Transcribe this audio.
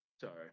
Sorry